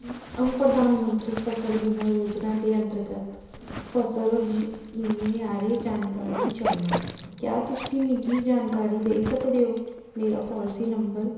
अ'ऊं प्रधानमंत्री फसल बीमा योजना दे अन्तर्गत फसल बीमे आह्ली जानकारी चाह्न्नां क्या तुसी मिगी एह् जानकारी देई सकदे ओ मेरा पॉलिसी नंबर